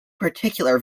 particular